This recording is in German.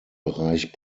bereich